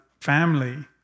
family